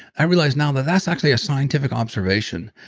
i realize now that that's actually a scientific observation.